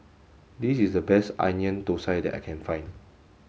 this is the best Onion Thosai that I can find